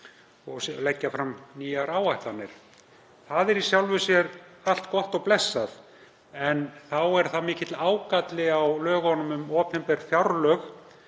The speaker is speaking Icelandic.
og leggja fram nýjar áætlanir. Það er í sjálfu sér allt gott og blessað, en þá er það mikill ágalli á lögunum um opinber fjárlög